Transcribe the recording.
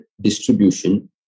distribution